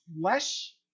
flesh